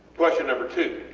question number two